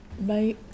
Bye